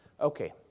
Okay